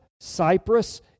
Cyprus